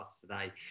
today